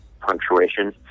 punctuation